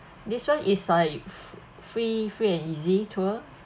this [one] is like free free and easy tour